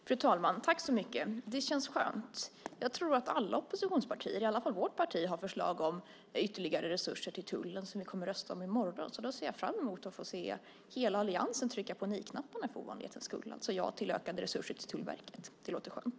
Fru talman! Det känns skönt. Jag tror att alla oppositionspartier, eller i varje fall vårt parti, har förslag om ytterligare resurser till tullen som vi kommer att rösta om i morgon. Jag ser fram emot att få se hela alliansen trycka på nej-knappen för ovanlighetens skull och säga ja till ökade resurser för Tullverket. Det låter skönt.